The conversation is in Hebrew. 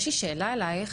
יש לי שאלה אלייך,